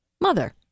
mother